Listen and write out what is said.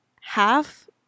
half